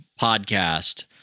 podcast